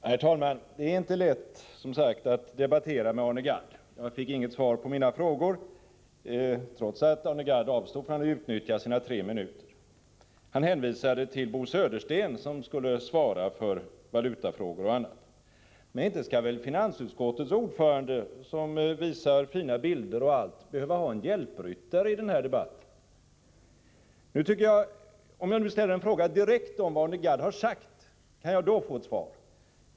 Herr talman! Det är som sagt inte så lätt att debattera med Arne Gadd. Jag fick inget svar på mina frågor, trots att Arne Gadd avstod från att utnyttja sina tre minuter. Han hänvisade till Bo Södersten, som skulle svara för valutafrågor. Men inte skall väl finansutskottets ordförande, som visar fina bilder, behöva ha en hjälpryttare i denna debatt. Om jag nu ställer en direkt fråga om vad Arne Gadd har sagt, kan jag då få ett svar?